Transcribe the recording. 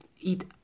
eat